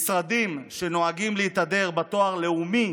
משרדים שנוהגים להתהדר בתואר לאומי,